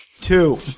Two